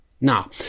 Now